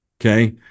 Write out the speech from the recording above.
Okay